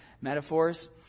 metaphors